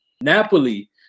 Napoli